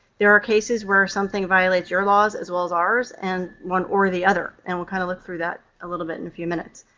there are cases where something violates your laws, as well as ours, and one or the other, and we'll kind of look through that a little bit in a few minutes.